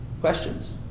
Questions